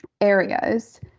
areas